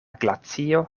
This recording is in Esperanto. glacio